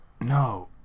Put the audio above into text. No